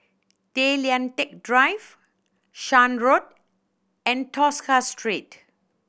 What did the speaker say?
Tay Lian Teck Drive Shan Road and Tosca Street